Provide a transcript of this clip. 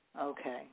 okay